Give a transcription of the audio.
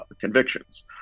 convictions